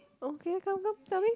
okay come come tell me